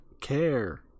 care